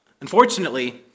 Unfortunately